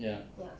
ya